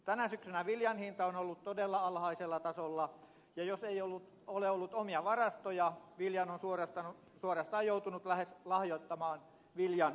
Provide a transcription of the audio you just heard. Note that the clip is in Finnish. tänä syksynä viljan hinta on ollut todella alhaisella tasolla ja jos ei ole ollut omia varastoja viljan on suorastaan joutunut lähes lahjoittamaan viljan ostajille